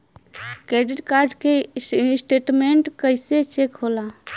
Credit card के statement कइसे check होला?